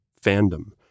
fandom